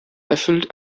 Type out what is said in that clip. erfüllt